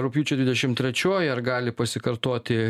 rugpjūčio dvidešim trečioji ar gali pasikartoti